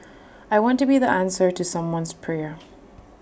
I want to be the answer to someone's prayer